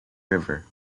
river